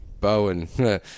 Bowen